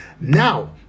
now